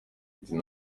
ati